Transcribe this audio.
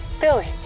Billy